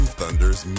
Thunders